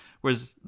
Whereas